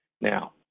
Now